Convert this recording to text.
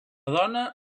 dona